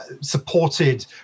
supported